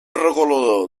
regulador